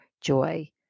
joy